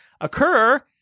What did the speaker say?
occur